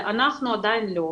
אנחנו עדיין לא.